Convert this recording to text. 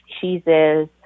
cheeses